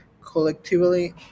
collectively